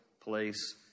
place